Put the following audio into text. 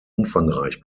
umfangreich